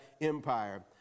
empire